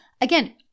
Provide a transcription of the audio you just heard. Again